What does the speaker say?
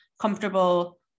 comfortable